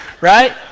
right